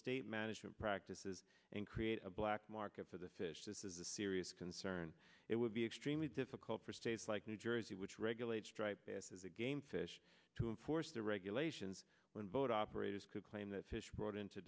state management practices and create a black market for the fish this is a serious concern it would be extremely difficult for states like new jersey which regulates dry passes a game fish to enforce the regulations when boat operators could claim that fish brought in to